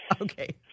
Okay